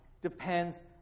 depends